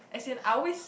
as in I always